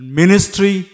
ministry